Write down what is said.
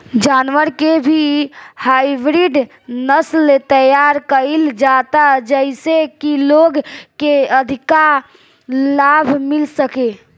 जानवर के भी हाईब्रिड नसल तैयार कईल जाता जेइसे की लोग के अधिका लाभ मिल सके